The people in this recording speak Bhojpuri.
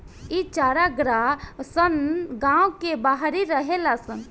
इ चारागाह सन गांव के बाहरी रहेला सन